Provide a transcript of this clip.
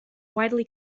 widely